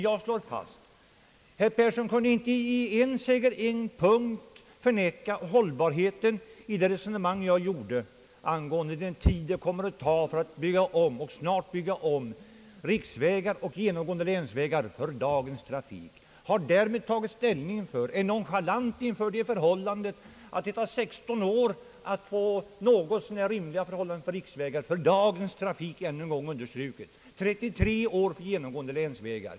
Jag slår fast att herr Persson inte kunde i en, säger en enda punkt förneka hållbarheten av det resonemang jag förde angående den tid det kommer att ta att bygga om riksvägar och genomgående länsvägar för dagens trafik. Man nonchalerar det förhållandet, att det tar 16 år att få någorlunda hyggliga förhållanden på riksvägarna för dagens trafik, och 33 år för samma förhållande på genomgående länsvägar.